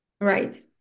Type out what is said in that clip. Right